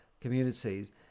communities